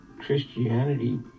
Christianity